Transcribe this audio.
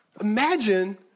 Imagine